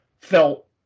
felt